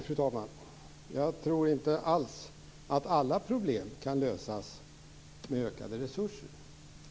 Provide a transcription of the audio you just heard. Fru talman! Jag tror inte alls att alla problem kan lösas med hjälp av ökade resurser.